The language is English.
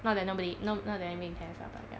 not that nobody no not that anybody cares ah but ya